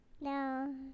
No